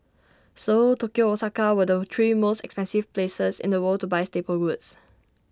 Seoul Tokyo Osaka were the three most expensive places in the world to buy staple goods